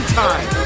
time